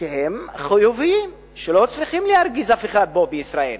שהם חיוביים, שלא צריכים להרגיז אף אחד פה בישראל.